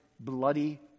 bloody